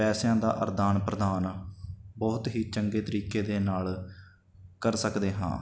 ਪੈਸਿਆਂ ਦਾ ਅਦਾਨ ਪ੍ਰਦਾਨ ਬਹੁਤ ਹੀ ਚੰਗੇ ਤਰੀਕੇ ਦੇ ਨਾਲ ਕਰ ਸਕਦੇ ਹਾਂ